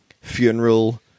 funeral